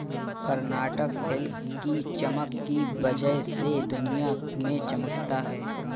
Karnataka silk की चमक की वजह से दुनिया में चमकता है